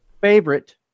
favorite